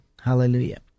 Hallelujah